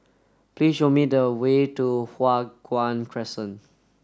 please show me the way to Hua Guan Crescent